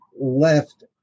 left